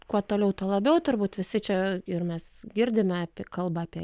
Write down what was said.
kuo toliau tuo labiau turbūt visi čia ir mes girdime apie kalbą apie